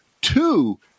two